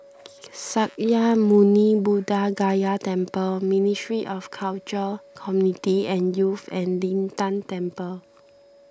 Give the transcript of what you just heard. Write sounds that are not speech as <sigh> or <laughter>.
<noise> Sakya Muni Buddha Gaya Temple Ministry of Culture Community and Youth and Lin Tan Temple